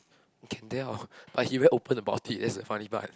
can tell hor but he very open about it it's the funny part